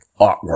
artwork